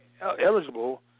eligible